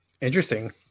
Interesting